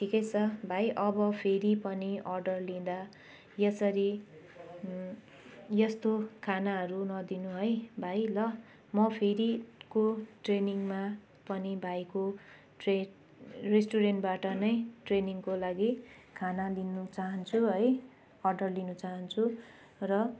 ठिकै छ भाइ अब फेरि पनि अडर लिँदा यसरी यस्तो खानाहरू नदिनु है भाइ ल म फेरिको ट्रेनिङमा पनि भाइको ट्रे रेस्टुरेन्टबाट नै ट्रेनिङको लागि खाना लिनु चाहन्छु है अर्डर लिन चाहन्छु र